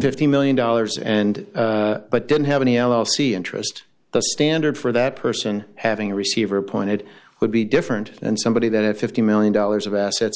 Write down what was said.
fifty million dollars and but didn't have any l l c interest the standard for that person having a receiver point it would be different and somebody that had fifty million dollars of assets